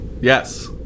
Yes